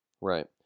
Right